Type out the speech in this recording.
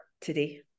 today